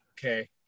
okay